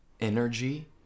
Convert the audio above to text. energy